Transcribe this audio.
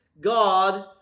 God